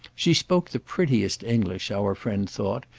she spoke the prettiest english, our friend thought,